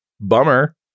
Bummer